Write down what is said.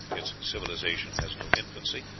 its civilization has no infancy,